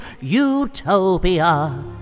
Utopia